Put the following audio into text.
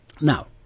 Now